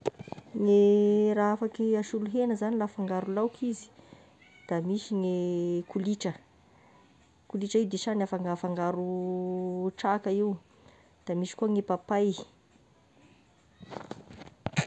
Ny raha afaky asolo hena zany la afangaro laoky izy, da misy gny kolitra, kolitra io disagny afanga- afangaro traka io, da misy koa ny papay.